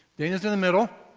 dana is in the middle.